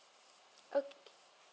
oh